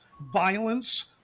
violence